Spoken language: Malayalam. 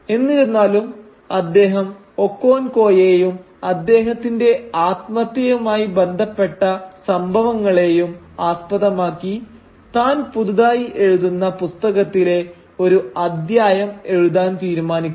എന്നിരുന്നാലും അദ്ദേഹം ഒക്കോൻകോയേയും അദ്ദേഹത്തിന്റെ ആത്മഹത്യയുമായി ബന്ധപ്പെട്ട സംഭവങ്ങളെയും ആസ്പദമാക്കി താൻ പുതുതായി എഴുതുന്ന പുസ്തകത്തിലെ ഒരു അദ്ധ്യായം എഴുതാൻ തീരുമാനിക്കുന്നു